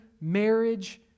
marriage